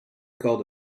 called